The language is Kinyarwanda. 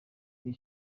iri